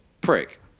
prick